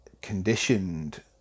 conditioned